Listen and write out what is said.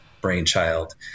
brainchild